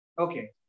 Okay